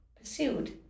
pursued